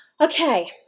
Okay